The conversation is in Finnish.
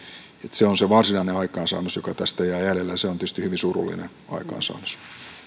se on se varsinainen aikaansaannos joka tästä jää jäljelle ja se on tietysti hyvin surullinen aikaansaannos